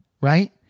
Right